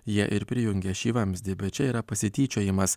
jie ir prijungė šį vamzdį bet čia yra pasityčiojimas